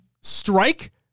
Strike